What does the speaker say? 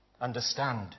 understand